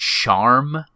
charm